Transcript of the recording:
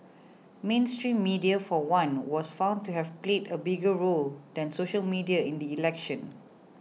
mainstream media for one was found to have played a bigger role than social media in the election